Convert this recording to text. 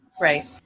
Right